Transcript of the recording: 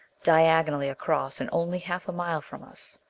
diagonally across and only half a mile from us.